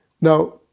Now